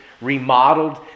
remodeled